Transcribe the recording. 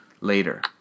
later